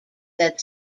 that